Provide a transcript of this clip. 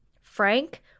Frank